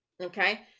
okay